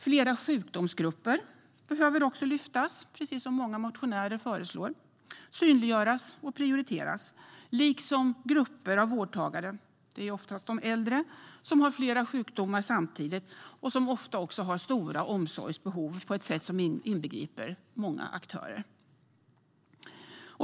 Flera sjukdomsgrupper behöver också - precis som många motionärer föreslår - lyftas fram, synliggöras och prioriteras liksom de grupper av vårdtagare, ofta äldre, som har flera sjukdomar samtidigt och ofta också har omsorgsbehov som inbegriper många aktörer.